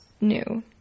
new